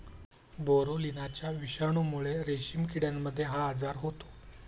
बोरोलिनाच्या विषाणूमुळे रेशीम किड्यांमध्ये हा आजार होतो